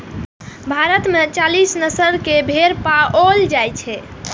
भारत मे चालीस नस्ल के भेड़ पाओल जाइ छै